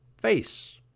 face